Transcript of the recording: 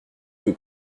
que